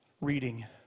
reading